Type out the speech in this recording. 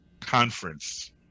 conference